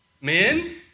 men